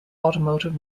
automotive